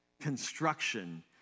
construction